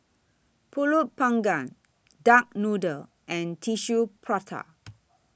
Pulut Panggang Duck Noodle and Tissue Prata